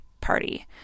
Party